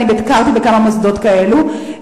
ואני ביקרתי בכמה מוסדות כאלו,